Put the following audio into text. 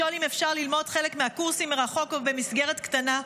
לשאול אם אפשר ללמוד חלק מהקורסים מרחוק או במסגרת קטנה,